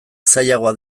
zailagoa